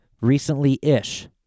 Recently-ish